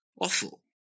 awful